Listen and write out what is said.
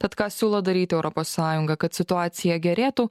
tad ką siūlo daryti europos sąjunga kad situacija gerėtų